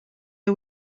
are